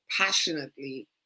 passionately